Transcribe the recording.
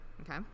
Okay